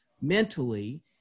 mentally